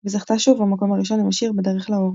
וזכתה שוב במקום הראשון עם השיר "בדרך לאור".